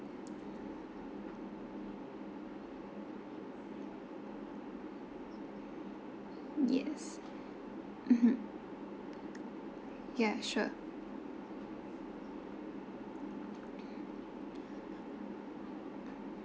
yes mmhmm ya sure